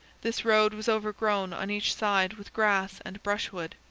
this road was overgrown on each side with grass and brushwood,